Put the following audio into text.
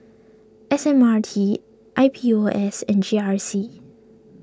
S M R T I P O S and G R C